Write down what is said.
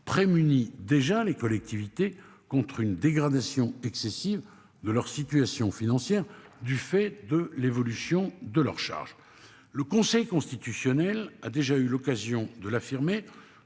prémuni déjà les collectivités contre une dégradation excessive de leur situation financière, du fait de l'évolution de leurs charges. Le Conseil constitutionnel a déjà eu l'occasion de l'affirmer